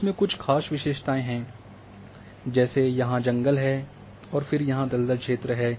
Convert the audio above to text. इसमें कुछ खास विशेषताएँ हैं मौजूद है जैसे यहाँ जंगल है और फिर यहाँ दलदल क्षेत्र है